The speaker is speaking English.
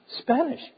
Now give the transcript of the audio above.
Spanish